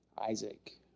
Isaac